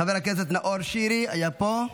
חבר הכנסת נאור שירי, היה פה,